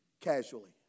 casually